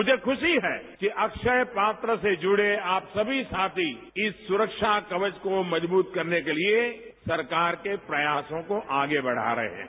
मुझे खुशी है कि अक्षय पात्र से जुड़े आप सभी साथी इस सुरक्षा कवच को मजबूत करने के लिए सरकार के प्रयासों को आगे बढ़ा रहे हैं